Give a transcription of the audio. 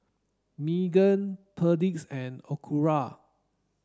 Megan Perdix and Acura